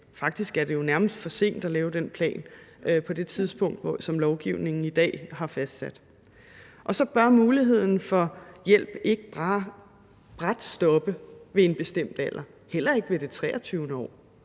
faktisk er det jo nærmest for sent at lave den plan på det tidspunkt, som lovgivningen i dag har fastsat. Så bør muligheden for hjælp ikke bare brat stoppe ved en bestemt alder, heller ikke ved det 23. år.